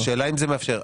השאלה אם זה מאפשר.